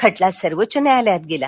खटला सर्वोच्च न्यायालयात गेला